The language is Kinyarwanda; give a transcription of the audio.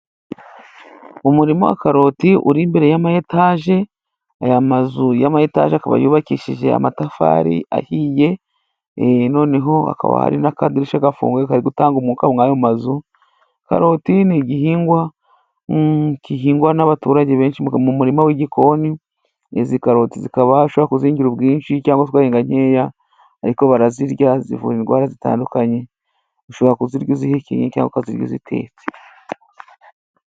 Umurima wa karoti uri imbere y'ama etaje ,aya mazu y'amayetaje akaba yubakishije amatafari ahiye, noneho hakaba hari n'akadirishya gafunguye kari gutanga umwuka muri ayo mazu. Karoti ni igihingwa gihingwa n'abaturage benshi mu murima w'igikoni. Izi karoti zikabasha kuzihingira ubwinshi cyangwa twahinga nkeya ariko barazirya ,zivura indwara zitandukanye ,ushobora kuzirya uzihikenye cyangwa zizitetse.